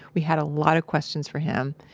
we had a lot of questions for him,